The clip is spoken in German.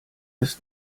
ist